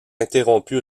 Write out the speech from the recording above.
interrompu